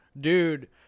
dude